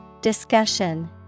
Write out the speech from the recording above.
Discussion